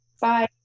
Bye